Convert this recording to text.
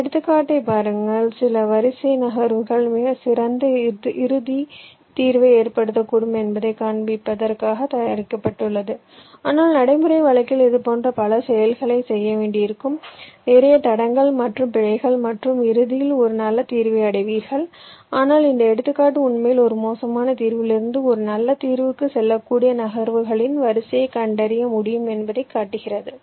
இந்த எடுத்துக்காட்டைப் பாருங்கள் சில வரிசை நகர்வுகள் மிகச் சிறந்த இறுதித் தீர்வை ஏற்படுத்தக்கூடும் என்பதைக் காண்பிப்பதற்காக தயாரிக்கப்பட்டுள்ளது ஆனால் நடைமுறை வழக்கில் இதுபோன்ற பல செயல்களைச் செய்ய வேண்டியிருக்கும் நிறைய தடங்கள் மற்றும் பிழைகள் மற்றும் இறுதியில் ஒரு நல்ல தீர்வை அடைவீர்கள் ஆனால் இந்த எடுத்துக்காட்டு உண்மையில் ஒரு மோசமான தீர்விலிருந்து ஒரு நல்ல தீர்வுக்குச் செல்லக்கூடிய நகர்வுகளின் வரிசையைக் கண்டறிய முடியும் என்பதைக் காட்டுகிறது